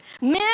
Men